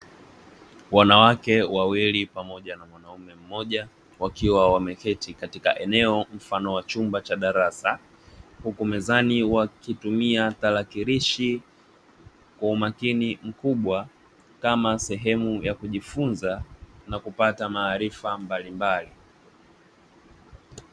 Wanawake wawili pamoja na mwanaume mmoja wakiwa wameketi katika eneo mfano wa chumba cha darasa, huku mezani wakitumia tarakilishi kwa umakini mkubwa kama sehemu ya kujifunza na kupata maarifa mbalimbali.